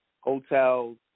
hotels